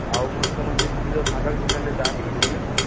भाव म्हटलं म्हणजे तुम्ही जर साखर घेऊन राहिले दहा किलो घेऊन राहिले ना तुम्ही